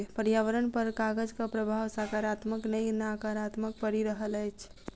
पर्यावरण पर कागजक प्रभाव साकारात्मक नै नाकारात्मक पड़ि रहल अछि